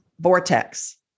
Vortex